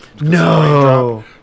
No